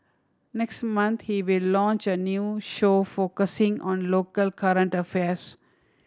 next month he will launch a new show focusing on local current affairs